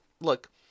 look